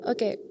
Okay